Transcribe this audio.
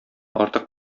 артык